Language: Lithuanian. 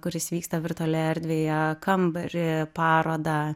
kuris vyksta virtualioje erdvėje kambarį ir parodą